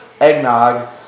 eggnog